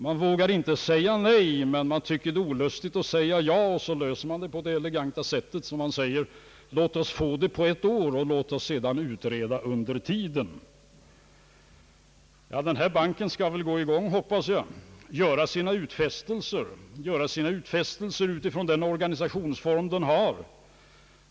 Man vågar inte säga nej, men man tycker att det är olustigt att säga ja, och så löser man frågan på det eleganta sättet att man säger: låt oss få institutet på ett år och låt oss utreda under tiden! Ja, den här banken skall väl komma i gång, hoppas jag, och göra sina utfästelser med den organisationsform som den har.